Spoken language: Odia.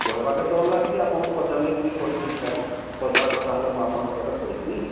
କହିବାକେ ଡର୍ ଲାଗ୍ସି ଆପଣ ପଚାରିଲେ ବୋଲି କହିଦେଲି କାଇଁ ନ ପଇସାର କଥା ହେଲେ ମୁଁ ଆପଣଙ୍କୁ କେବେ କହିସି